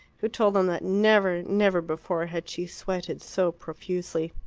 who told them that never, never before had she sweated so profusely.